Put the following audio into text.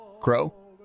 grow